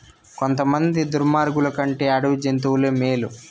కొంతమంది దుర్మార్గులు కంటే అడవి జంతువులే మేలు